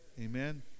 amen